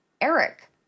Eric